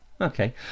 Okay